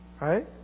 Right